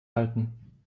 halten